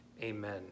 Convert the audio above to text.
Amen